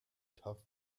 tough